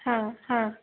हां हां